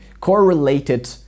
correlated